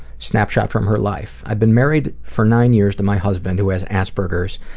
snapshot from her life i've been married for nine years to my husband who has asperger's,